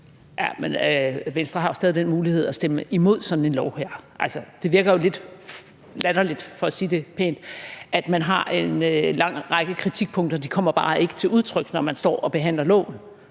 Jamen Venstre har jo stadig den mulighed at stemme imod sådan et lovforslag her. Altså, det virker jo lidt latterligt for at sige det pænt, at man har en lang række kritikpunkter, men de kommer bare ikke til udtryk, når man står og behandler